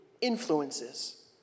influences